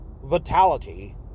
Vitality